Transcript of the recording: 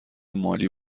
مالی